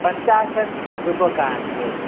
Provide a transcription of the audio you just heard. पञ्चाशत् रूप्यकाणि एव